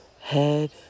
head